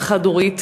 אם חד-הורית